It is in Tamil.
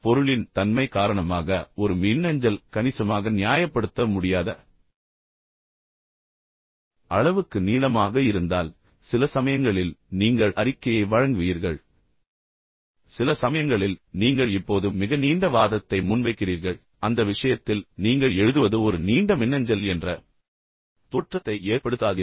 பொருளின் தன்மை காரணமாக ஒரு மின்னஞ்சல் கணிசமாக நியாயப்படுத்த முடியாத அளவுக்கு நீளமாக இருந்தால் சில சமயங்களில் நீங்கள் அறிக்கையை வழங்குவீர்கள் சில சமயங்களில் நீங்கள் இப்போது மிக நீண்ட வாதத்தை முன்வைக்கிறீர்கள் அந்த விஷயத்தில் நீங்கள் எழுதுவது ஒரு நீண்ட மின்னஞ்சல் என்ற தோற்றத்தை ஏற்படுத்தாதீர்கள்